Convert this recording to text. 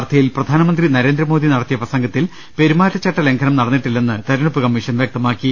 മഹാരാഷ്ട്രയിലെ വാർധയിൽ പ്രധാനമന്ത്രി നരേന്ദ്രമോദി നടത്തിയ പ്രസംഗ ത്തിൽ പെരുമാറ്റചട്ടലംഘനം നടന്നിട്ടില്ലെന്ന് തെരഞ്ഞെടുപ്പ് കമ്മീഷൻ വ്യക്തമാ ക്കി